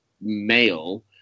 male